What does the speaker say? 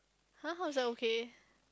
[huh] how is that okay